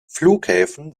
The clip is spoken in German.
flughäfen